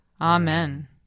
Amen